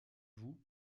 vous